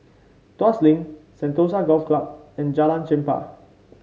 Tuas Link Sentosa Golf Club and Jalan Chempah